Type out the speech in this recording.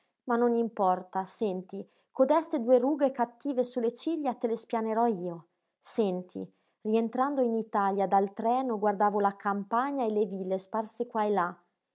ma non importa senti codeste due rughe cattive su le ciglia te le spianerò io senti rientrando in italia dal treno guardavo la campagna e le ville sparse qua e là